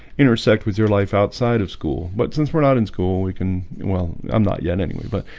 intersect with your life outside of school, but since we're not in school. we can well. i'm not yet anyway, but